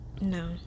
no